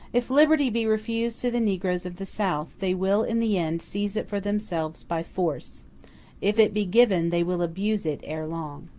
if liberty be refused to the negroes of the south, they will in the end seize it for themselves by force if it be given, they will abuse it ere long.